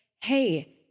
hey